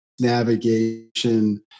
navigation